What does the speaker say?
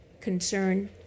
concern